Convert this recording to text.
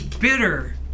bitter